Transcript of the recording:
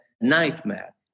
nightmare